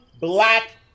black